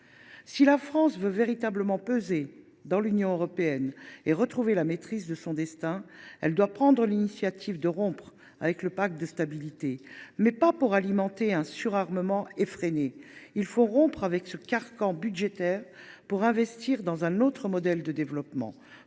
Si la France veut véritablement peser au sein de l’Union européenne et retrouver la maîtrise de son destin, elle doit prendre l’initiative de rompre avec le pacte de stabilité et de croissance (PSC), mais pas pour alimenter un surarmement effréné ! Il faut rompre avec ce carcan budgétaire pour investir dans un autre modèle de développement,